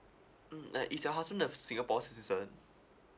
mm uh is your husband of singapore citizen